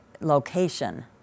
location